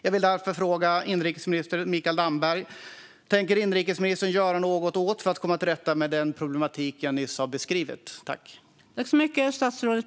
Jag vill därför fråga inrikesminister Mikael Damberg: Tänker inrikesministern göra något för att komma till rätta med den problematik jag nyss har beskrivit?